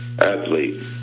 Athlete